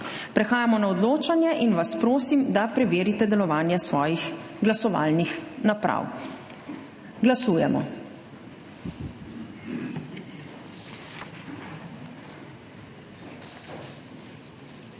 Prehajamo na odločanje in vas prosim, da preverite delovanje svojih glasovalnih naprav. Glasujemo.